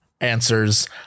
answers